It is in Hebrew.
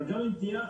אבל גם אם תהיה,